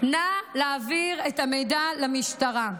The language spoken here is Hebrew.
נא להעביר את המידע למשטרה.